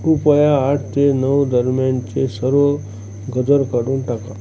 कृपया आठ ते नऊ दरम्यानचे सर्व गजर काढून टाका